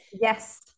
yes